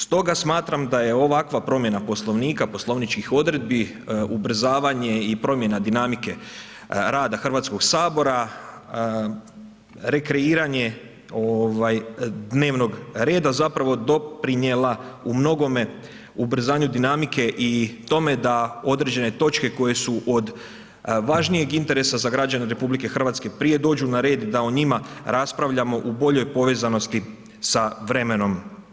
Stoga smatram da je ovakva promjena Poslovnika, poslovničkih odredbi, ubrzavanje i promjena dinamike rada Hrvatskog sabora, rekreiranje dnevnog reda zapravo doprinijela u mnogome ubrzanju dinamike i tome da određene točke koje su od važnijeg interesa za građane Republike Hrvatske prije dođu na red, da o njima raspravljamo u boljoj povezanosti sa vremenom.